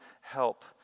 help